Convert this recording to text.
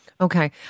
Okay